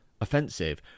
offensive